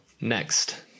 Next